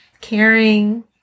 caring